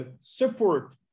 support